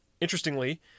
interestingly